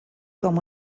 com